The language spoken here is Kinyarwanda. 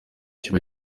kiba